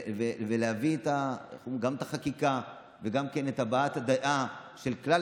ולהביא גם את החקיקה וגם את הבעת הדעה של כלל